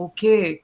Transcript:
Okay